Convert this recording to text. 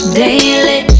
daily